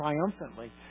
triumphantly